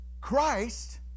Christ